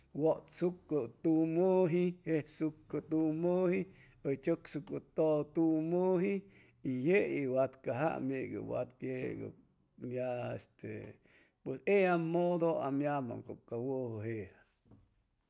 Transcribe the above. Wutsucu tumuji jesucu tumuji uy chusuccu todo tumuji y yeiy ya wad cajaa yeiy wa yeiy ya este pues ella muduam cab ca wuju jeja.